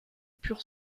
pur